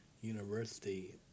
university